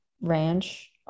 ranch